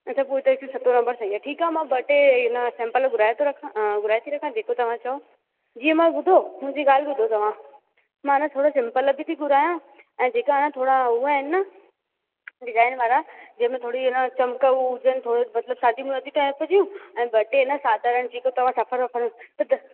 न त पोइ त हिक सतों नंबर सही आहे ठीकु आहे मां ॿ टे आहिनि सेंपल घुराए थो रखां घुराए थी रखां जेको तव्हांजो जीअं मां ॿुधो मुंहिंजी ॻाल्हि ॿुधो तव्हां मां आहिनि थोरा सिंपल बि थी घुरायां ऐं जेका ऐं थोरा उहा आहिनि न डिज़ाइन वारा जंहिं में थोरी आहिनि चमक उहा हुजनि थोरो मतलबु शादी मुरादी टाइप जूं ऐं ॿ टे न साधारण जेके तव्हां सफ़र वफ़र ते